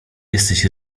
jesteś